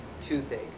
toothache